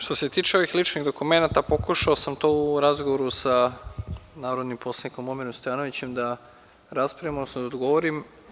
Što se tiče ovih ličnih dokumenata, pokušao sam to u razgovoru sa narodnim poslanikom Momirom Stojanovićem da raspravim, odnosno da odgovorim.